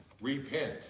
Repent